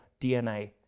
DNA